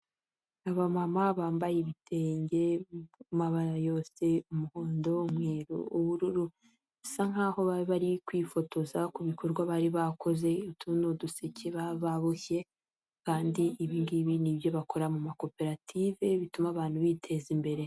Abamama bambaye ibitenge mu mabara yose umuhondo umweru, ubururu bisa nk'aho baba bari kwifotoza ku bikorwa bari bakoze, utu duseke baba baboshye kandi ibi ngibi ni ibyo bakora mu makoperative bituma abantu bi biteza imbere.